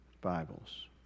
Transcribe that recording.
Bibles